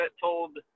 told